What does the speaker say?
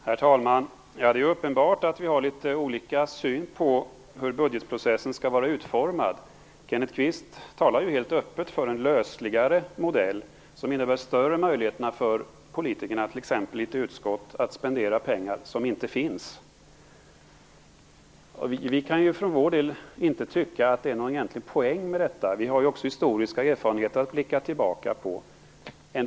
Herr talman! Det är uppenbart att vi har litet olika syn på hur budgetprocessen skall vara utformad. Kenneth Kvist talar helt öppet för en lösligare modell, som innebär större möjligheter för politikerna t.ex. i ett utskott att spendera pengar som inte finns. Vi kan för vår del inte tycka att det är någon egentlig poäng med detta. Det finns ju här historiska erfarenheter att blicka tillbaka på.